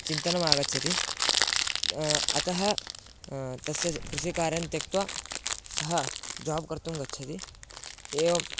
चिन्तनमागच्छति अतः तस्य सः कृषिकार्यं त्यक्त्वा सः जाब् कर्तुं गच्छति एवम्